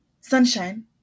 sunshine